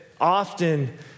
often